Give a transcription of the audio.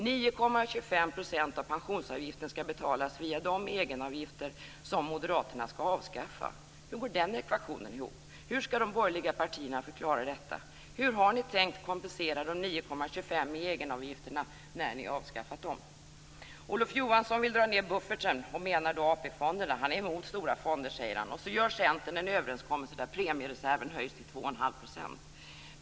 9,25 % av pensionsavgiften skall betalas via de egenavgifter som moderaterna skall avskaffa. Hur går den ekvationen ihop? Hur skall de borgerliga partierna förklara detta? Hur har ni tänkt kompensera de 9,25 procenten i egenavgifterna när ni har avskaffat dem? Olof Johansson vill minska bufferten och menar då AP-fonderna. Han är emot stora fonder, säger han, och så träffar Centern en överenskommelse om att höja premiereserven till 2 1⁄2 %.